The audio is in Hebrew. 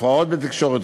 הפרעות בתקשורת,